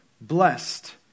blessed